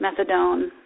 methadone